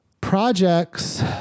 Projects